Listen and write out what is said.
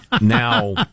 Now